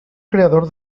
creador